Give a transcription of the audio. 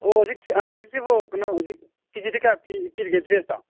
ꯑꯣ ꯍꯧꯖꯤꯛ ꯑꯥ ꯍꯧꯖꯤꯛꯁꯤꯕꯨ ꯀꯩꯅꯣ ꯍꯧꯖꯤꯛ ꯀꯦ ꯖꯤꯗ ꯀꯌꯥ ꯄꯤꯔꯤꯒꯦ ꯗ꯭ꯔꯦꯁꯇ